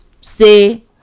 say